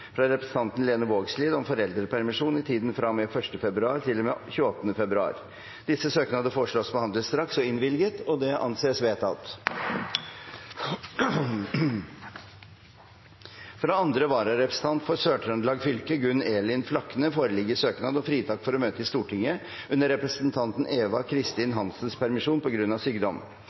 fra representanten Lene Vågslid om foreldrepermisjon i tiden fra og med 1. februar til og med 28. februar Disse søknadene foreslås behandlet straks og innvilget. – Det anses vedtatt. Fra andre vararepresentant for Sør-Trøndelag fylke, Gunn Elin Flakne foreligger søknad om fritak for å møte i Stortinget under representanten Eva Kristin Hansens permisjon, på grunn av sykdom.